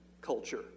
culture